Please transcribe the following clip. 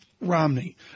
Romney